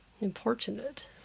Importunate